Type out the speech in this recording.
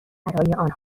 برای